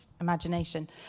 imagination